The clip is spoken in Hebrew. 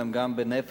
הם גם בנפש,